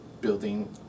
building